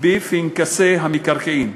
בפנקסי המקרקעין),